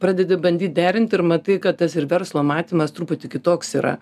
pradedi bandyt derint ir matai kad tas ir verslo matymas truputį kitoks yra